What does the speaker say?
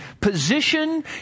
position